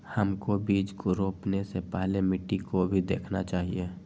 हमको बीज को रोपने से पहले मिट्टी को भी देखना चाहिए?